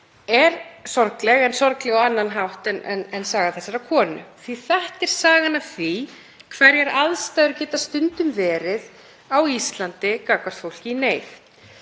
er sorgleg en sorgleg á annan hátt en saga þessarar konu því að þetta er sagan af því hverjar aðstæður geta stundum verið á Íslandi gagnvart fólki í neyð.